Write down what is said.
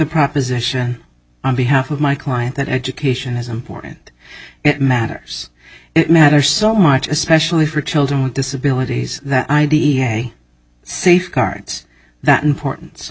proposition on behalf of my client that education is important it matters it matters so much especially for children with disabilities that i d e a safeguards that importan